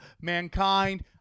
mankind